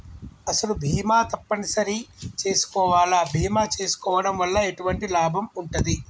అసలు బీమా తప్పని సరి చేసుకోవాలా? బీమా చేసుకోవడం వల్ల ఎటువంటి లాభం ఉంటది?